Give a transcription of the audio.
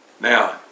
Now